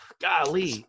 golly